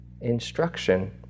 instruction